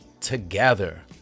together